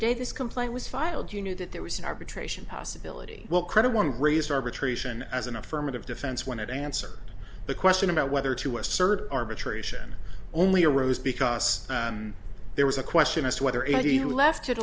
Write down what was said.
day this complaint was filed you knew that there was an arbitration possibility well credit one raised arbitration as an affirmative defense when it answered the question about whether to assert arbitration only arose because there was a question as to whether it be left